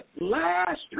last